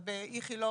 אבל באיכילוב,